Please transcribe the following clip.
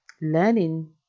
learning